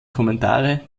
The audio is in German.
kommentare